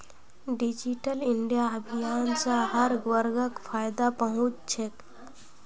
digital India अभियान स हर वर्गक फायदा पहुं च छेक